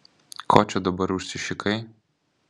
ko čia dabar užsišikai